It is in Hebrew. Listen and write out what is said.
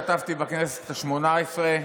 כתבתי בכנסת השמונה-עשרה,